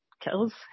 kills